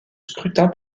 scrutin